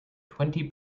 twenty